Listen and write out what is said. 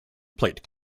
plate